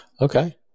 Okay